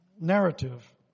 narrative